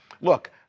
look